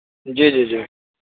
جی جی جی